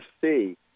see